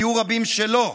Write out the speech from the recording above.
היו רבים שלא.